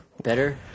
Better